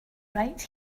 right